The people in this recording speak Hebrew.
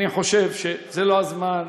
אני חושב שזה לא הזמן להימנע.